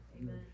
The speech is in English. Amen